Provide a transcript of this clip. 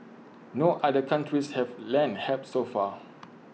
no other countries have lent help so far